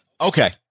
Okay